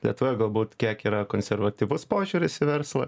lietuvoje galbūt kiek yra konservatyvus požiūris į verslą